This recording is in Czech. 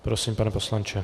Prosím, pane poslanče.